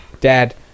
dad